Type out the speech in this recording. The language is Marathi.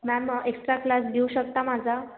मॅम एक्स्ट्रा क्लास घेऊ शकता माझा